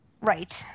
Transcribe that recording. Right